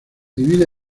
divide